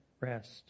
rest